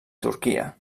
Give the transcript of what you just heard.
turquia